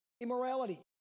immorality